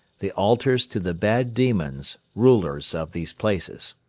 the altars to the bad demons, rulers of these places.